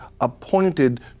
appointed